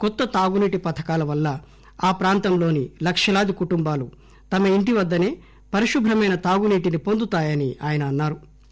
కొత్త తాగునీటి పథకాల వల్ల ఆ ప్రాంతంలోని లక్షలాధి కుటుంబాలు తమ ఇంటివద్దనే పరిశుభ్రమెన తాగునీటిని వొందుతాయని ఆయన అన్నా రు